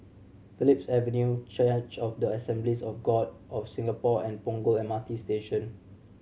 Phillips Avenue Church of the Assemblies of God of Singapore and Punggol M R T Station